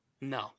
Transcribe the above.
No